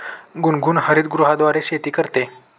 गुनगुन हरितगृहाद्वारे शेती करते